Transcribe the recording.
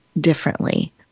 differently